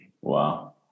Wow